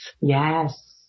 Yes